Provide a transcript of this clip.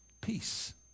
Peace